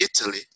Italy